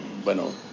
bueno